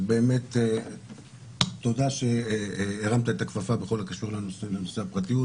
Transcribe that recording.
אז באמת תודה שהרמת את הכפפה בכל הקשור לנושא הפרטיות